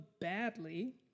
badly